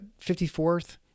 54th